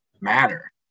matter